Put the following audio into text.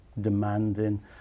demanding